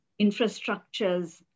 infrastructures